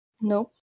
No